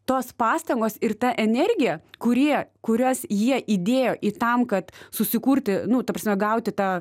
tos pastangos ir ta energija kurie kurias jie įdėjo į tam kad susikurti nu ta prasme gauti tą